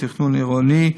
תכנון עירוני,